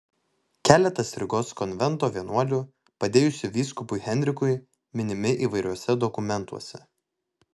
keletas rygos konvento vienuolių padėjusių vyskupui henrikui minimi įvairiuose dokumentuose